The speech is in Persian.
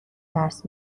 درس